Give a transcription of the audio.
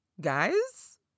guys